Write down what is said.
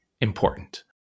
important